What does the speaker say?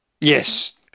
Yes